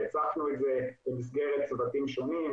והצפנו את זה במסגרת צוותים שונים,